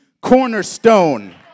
cornerstone